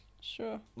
Sure